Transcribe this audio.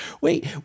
Wait